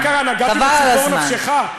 מה קרה, נגעתי בציפור נפשך?